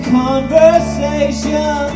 conversation